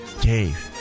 Dave